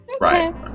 Right